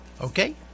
Okay